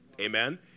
amen